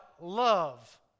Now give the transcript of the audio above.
love